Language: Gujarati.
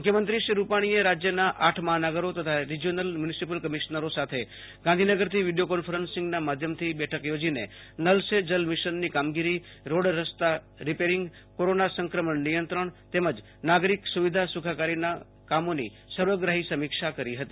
મુખ્યમંત્રી શ્રી રૂપાણીએ રાજયના આઠ મહાનગરો તથા રિજીઓનલ મ્યૂનિસિપલ કમિશ્નરો સાથે ગાંધીનગર થી વિડીયો કોન્ફરન્સીંગનામાધ્યમથી બેઠક યોજીને નલ સે જલ મિશનની કામગીરીરોડ રસ્તાના રિપેરીંગનું કોરોના સંક્રમણનિયંત્રણ તેમજ નાગરિક સુવિધા સુખાકારીના કામોની સર્વગ્રાહી સમિક્ષા કરી હતી